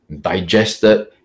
digested